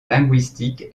linguistique